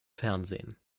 fernsehen